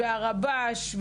הרב"ש,